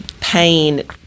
pain